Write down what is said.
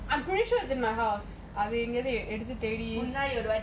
I'm pretty sure it's in my house அந்த இங்க இருந்து எடுத்து தேடி:anthu inga irunthu yaduthu theadi